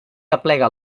aplega